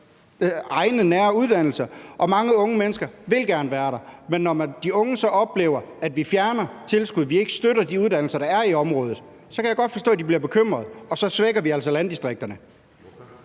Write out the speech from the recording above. egne nære uddannelser. Mange unge mennesker vil gerne være der, men når de unge så oplever, at vi fjerner tilskud; at vi ikke støtter de uddannelser, der er i området, så kan jeg godt forstå, de bliver bekymrede. Og så svækker vi altså landdistrikterne.